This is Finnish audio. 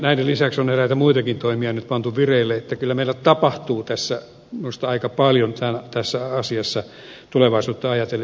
näiden lisäksi on eräitä muitakin toimia nyt pantu vireille niin että kyllä meillä tapahtuu minusta aika paljon tässä asiassa tulevaisuutta ajatellen